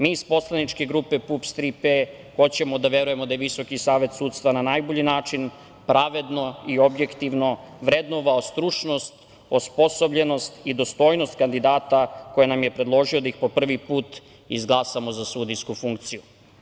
Mi iz poslaničke grupe PUPS – „Tri P“ hoćemo da verujemo da je Visoki savet sudstva na najbolji način, pravedno i objektivno vrednovao stručnost, osposobljenost i dostojnost kandidata koje nam je predložio da ih po prvi put izglasamo za sudijsku funkciju.